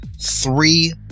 three